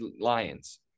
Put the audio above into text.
Lions